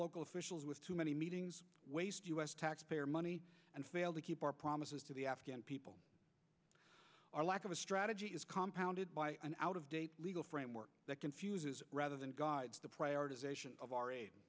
local officials with too many meetings waste u s taxpayer money and fail to keep our promises to the afghan people our lack of a strategy is compound it by an out of date legal framework that confuses rather than guides the